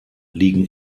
liegen